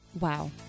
Wow